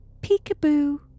peekaboo